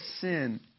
sin